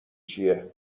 چیه